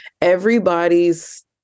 Everybody's